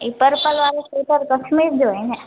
हीअ पर्पल वारो सीटरु कश्मीर जो आहे न